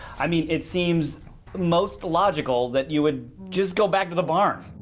i mean it seems most logical that you would just go back to the barn.